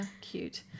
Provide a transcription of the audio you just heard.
cute